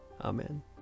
Amen